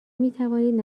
میتوانید